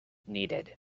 needed